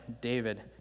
David